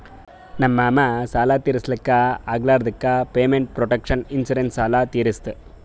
ನಮ್ ಮಾಮಾ ಸಾಲ ತಿರ್ಸ್ಲಕ್ ಆಗ್ಲಾರ್ದುಕ್ ಪೇಮೆಂಟ್ ಪ್ರೊಟೆಕ್ಷನ್ ಇನ್ಸೂರೆನ್ಸ್ ಸಾಲ ತಿರ್ಸುತ್